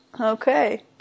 Okay